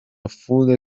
full